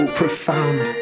profound